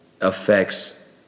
affects